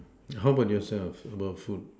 how about yourself about food